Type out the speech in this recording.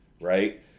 right